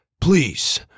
Please